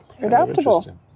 Adaptable